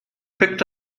picked